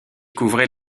couvrait